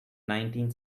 nineteen